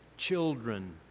Children